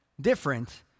different